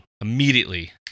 immediately